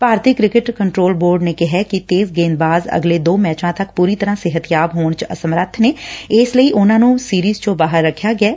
ਭਾਰਤੀ cricket control board ਨੇ ਕਿਹਾ ਕਿ ਤੇਜ਼ ਗੇਦਬਾਜ ਅਗਲੇ ਦੋ ਮੈਚਾਂ ਤੱਕ ਪੂਰੀ ਤਰ੍ਸਾ ਸਿਹਤਯਾਬ ਹੋਣ ਚ ਅਸਮਰੱਬ ਨੇ ਇਸ ਲਈ ਉਨਾਂ ਨੰ ਸੀਰਿਜ ਚੋ ਬਾਹਰ ਰੱਖਿਆ ਗਿਐ